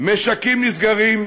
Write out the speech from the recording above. משקים נסגרים,